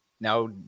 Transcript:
Now